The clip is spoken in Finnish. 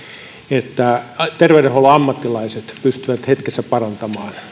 että terveydenhuollon ammattilaiset pystyvät hetkessä parantamaan